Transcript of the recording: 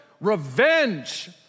Revenge